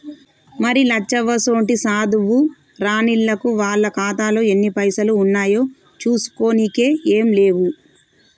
మరి లచ్చవ్వసోంటి సాధువు రానిల్లకు వాళ్ల ఖాతాలో ఎన్ని పైసలు ఉన్నాయో చూసుకోనికే ఏం లేవు